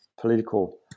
political